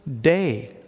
day